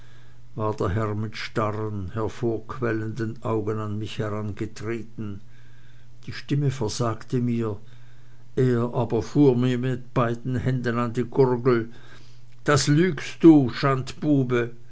herr mit starren hervorquellenden augen an mich her angetreten die stimme versagte mir er aber fuhr mir mit beiden händen an die gurgel das lügst du